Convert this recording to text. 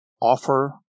offer